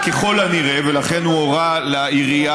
ככל הנראה, ולכן הוא הורה לעירייה,